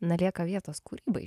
na lieka vietos kūrybai